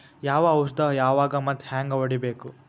ಯಾವ ಔಷದ ಯಾವಾಗ ಮತ್ ಹ್ಯಾಂಗ್ ಹೊಡಿಬೇಕು?